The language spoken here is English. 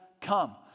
Come